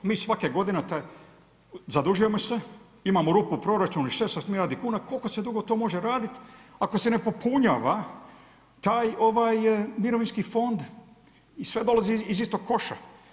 Mi svake godine zadužujemo se, imamo rupu u proračunu 16 milijardi kuna, koliko se to dugo može raditi ako se ne popunjava mirovinski fond i sve dolazi iz istog koša.